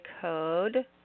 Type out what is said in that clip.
code